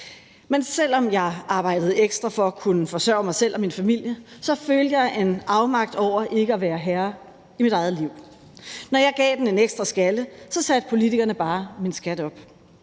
men selv om jeg arbejdede ekstra for at kunne forsørge mig selv og min familie, følte jeg en afmagt over ikke at være herre i mit eget liv. Når jeg gav den en ekstra skalle, satte politikerne bare min skat op.